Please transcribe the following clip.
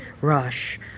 Rush